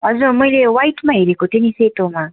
हजुर मैले वाइटमा हेरेको थिएँ नि सेतोमा